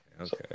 Okay